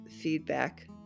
feedback